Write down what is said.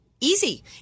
Easy